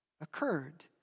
occurred